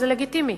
זה לגיטימי.